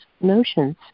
notions